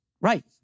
right